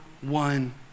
one